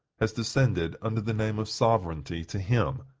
has descended, under the name of sovereignty, to him,